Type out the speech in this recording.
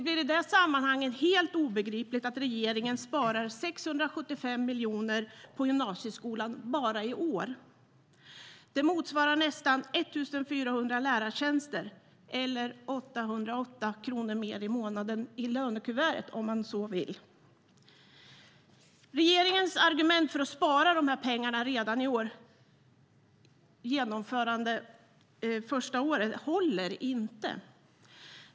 I det sammanhanget blir det helt obegripligt att regeringen sparar 675 miljoner på gymnasieskolan bara i år. Det motsvarar nästan 1 400 lärartjänster eller 808 kronor mer i månaden i lönekuvertet om man så vill. Regeringens argument för att spara dessa pengar redan år ett i genomförandet av gymnasiereformen håller inte.